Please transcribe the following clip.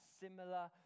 similar